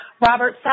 Robert